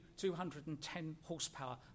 210-horsepower